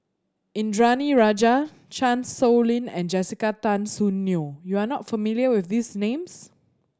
Indranee Rajah Chan Sow Lin and Jessica Tan Soon Neo you are not familiar with these names